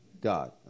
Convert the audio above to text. God